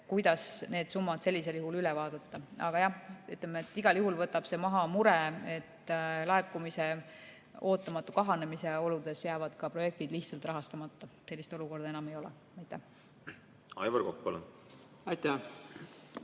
tegeleda, need summad sellisel juhul üle vaadata. Aga jah, ütleme, et igal juhul võtab see maha mure, et laekumise ootamatu kahanemise oludes jäävad projektid lihtsalt rahastamata. Sellist olukorda enam ei ole. Aivar Kokk, palun! Aitäh!